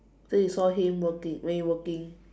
so you saw him working when you working